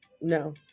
No